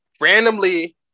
randomly